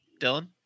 Dylan